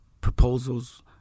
proposals